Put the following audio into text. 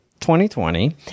2020